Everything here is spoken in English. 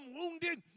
wounded